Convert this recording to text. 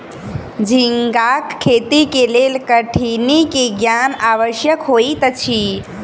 झींगाक खेती के लेल कठिनी के ज्ञान आवश्यक होइत अछि